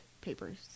papers